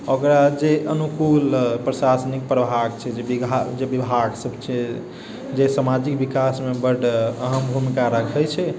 ओकरा जे अनूकूल प्रशासनिक प्रभाग छै जे विभाग सब छै जे समाजिक विकासमे बड़ अहम भूमिका रखै छै